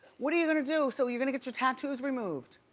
what are you gonna do? so you're gonna get your tattoos removed?